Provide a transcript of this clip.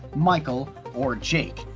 michael or jake,